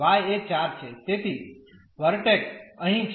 તેથી વેર્તેક્ષ અહીં છે